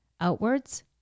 outwards